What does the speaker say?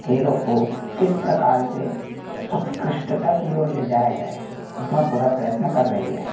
खेलों को किस प्रकार से उत्कृष्टता की ओर ले जाया जाए उसमें पूरा प्रयत्न कर रही है